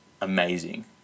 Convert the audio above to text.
amazing